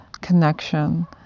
connection